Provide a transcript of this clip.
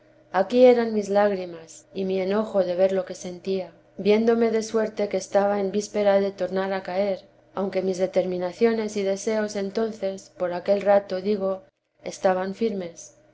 aquí eran mis lágrimas y mi enojo de ver lo que sentía viéndome de suerte que estaba en víspera de tornar a caer aunque mis determinaciones y deseos entonces por aquel rato digo estaban firmes